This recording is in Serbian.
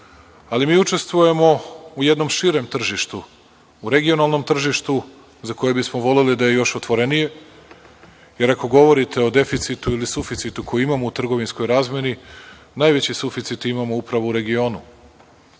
ali mi učestvujemo u jednom širem tržištu, u regionalnom tržištu za koje bi smo voleli da je još otvorenije, jer ako govorite o deficitu ili suficitu koji imamo u trgovinskoj razmeni, najveći suficit imamo upravo u regionu,